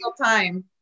time